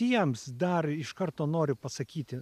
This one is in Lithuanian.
jiems dar iš karto noriu pasakyti